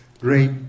great